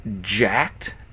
jacked